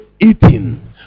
eating